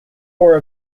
core